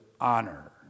honor